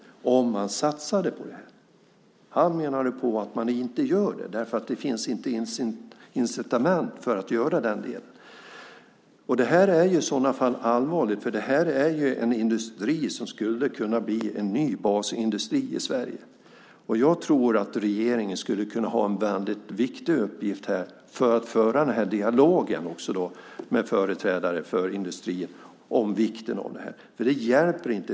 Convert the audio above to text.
Han menar att man inte gör det för att det inte finns incitament för att göra det. Det är i så fall allvarligt, för det är en industri som skulle kunna bli en ny basindustri i Sverige. Jag tror att regeringen här skulle kunna ha en väldigt viktig uppgift i att föra denna dialog med företrädare för industrin om vikten av detta.